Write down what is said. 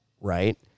right